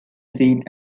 seat